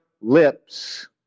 lips